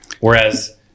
whereas